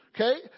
Okay